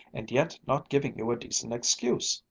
and yet not giving you a decent excuse.